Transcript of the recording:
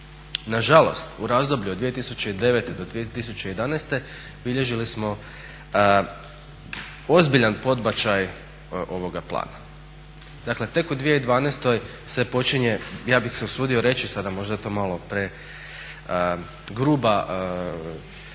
Nažalost u razdoblju od 2009.-2011.bilježili smo ozbiljan podbačaj ovoga plana. Dakle tek u 2012.se počinje ja bih se usudio reći, sada možda je to malo pregrub